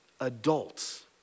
adults